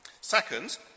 Second